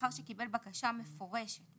לאחר שקיבל בקשה מפורשת,